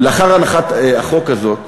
ולאחר הנחת החוק הזה,